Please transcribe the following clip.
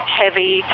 heavy